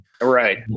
Right